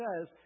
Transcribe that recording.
says